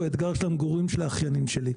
הוא אתגר של המגורים של האחיינים שלי.